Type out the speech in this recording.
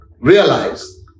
Realize